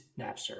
napster